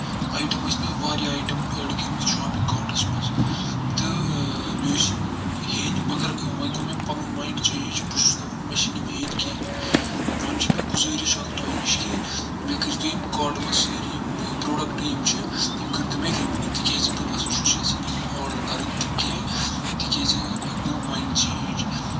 item ٲسۍ مےٚ واریاہ آیٹَم ایڈ کٔرۍ مٕتۍ شاپِنٛگ کاٹَس منٛز تہٕ مےٚ ٲسۍ یِم ہیٚنۍ مگر وۄنۍ کوٚر مےٚ پَنُن مایِنٛڈ چینج بہٕ چھُس دَپان مےٚ چھِنہٕ یِم ہیٚنۍ کینٛہہ وۄنۍ چھِ مےٚ گُزٲرِش اکھ تۄہہِ نِش کہِ مےٚ کٔرۍ تو یِم کاٹہٕ منٛز سٲری یِم پروڈَکٹ یِم چھِ یِم کٔرۍ تو مےٚ رِموٗ تِکیازِ بہٕ نَسا چھُس یژھان یِم وۄنۍ آرڈَر کَرٕنۍ کینٛہہ تِکیازِ مےٚ گوٚو مایِنٛڈ چینج